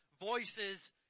voices